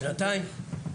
שנתיים?